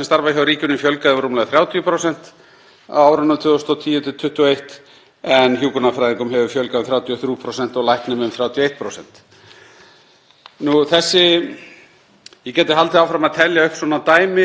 um 31%. Ég gæti haldið áfram að telja upp svona dæmi.